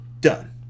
Done